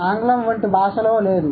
ఆంగ్లం వంటి భాషలో tha లేదు